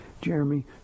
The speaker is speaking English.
Jeremy